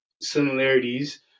similarities